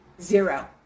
zero